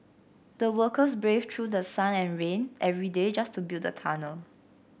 the workers braved through sun and rain every day just to build the tunnel